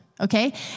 okay